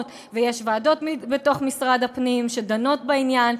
ויש ועדות בתוך משרד הפנים שדנות בעניין.